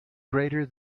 greater